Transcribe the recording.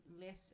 less